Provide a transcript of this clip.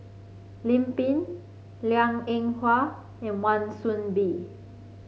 Lim Pin Liang Eng Hwa and Wan Soon Bee